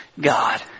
God